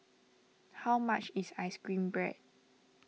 how much is Ice Cream Bread